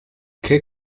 che